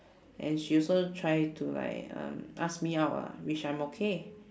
and she also try to like uh ask me out ah which I'm okay